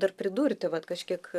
dar pridurti vat kažkiek